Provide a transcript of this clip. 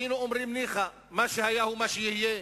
היינו אומרים: ניחא, מה שהיה הוא מה שיהיה.